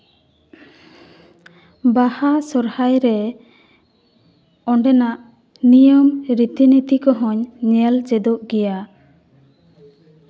ᱵᱟᱦᱟ ᱥᱚᱨᱦᱟᱭ ᱨᱮ ᱚᱸᱰᱮᱱᱟᱜ ᱱᱤᱭᱚᱢ ᱨᱤᱛᱤ ᱱᱤᱛᱤ ᱠᱚᱦᱚᱧ ᱧᱮᱞ ᱪᱮᱫᱚᱜ ᱜᱮᱭᱟ